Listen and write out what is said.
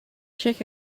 check